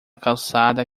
calçada